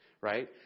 right